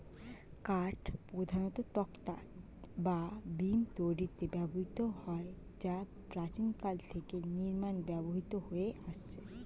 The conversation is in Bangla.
কাঠ প্রধানত তক্তা বা বিম তৈরিতে ব্যবহৃত হয় যা প্রাচীনকাল থেকে নির্মাণে ব্যবহৃত হয়ে আসছে